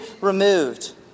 removed